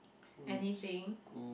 anything